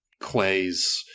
Clay's